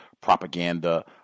propaganda